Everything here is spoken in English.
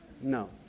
No